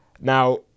Now